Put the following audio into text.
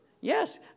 yes